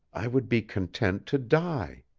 i would be content to die.